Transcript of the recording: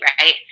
right